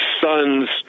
son's